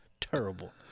Terrible